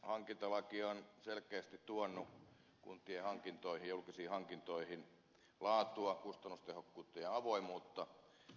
hankintalaki on selkeästi tuonut kuntien hankintoihin julkisiin hankintoihin laatua kustannustehokkuutta ja avoimuutta